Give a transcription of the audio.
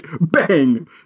bang